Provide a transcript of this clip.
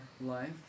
life